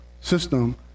system